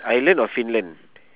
ireland or finland